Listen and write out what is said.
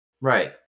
Right